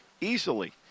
easily